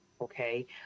okay